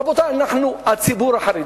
רבותי, אנחנו, הציבור החרדי,